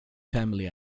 family